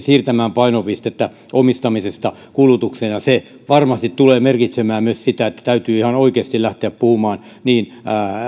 siirtämään painopistettä omistamisesta kulutukseen ja se varmasti tulee merkitsemään myös sitä että täytyy ihan oikeasti lähteä puhumaan niin